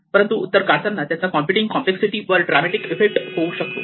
परंतु उत्तर काढताना त्याचा कॉम्प्युटिंग कॉम्प्लेक्ससिटी वर ड्रामॅटिक इफेक्ट होऊ शकतो